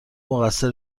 مقصر